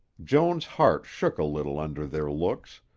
joan's heart shook a little under their looks,